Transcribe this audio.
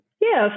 yes